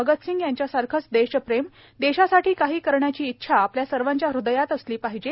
भगतसिंग यांच्यासारखंच देशप्रेम देशासाठी काही करण्याची इच्छा आपल्या सर्वांच्या हृदयात असली पाहिजे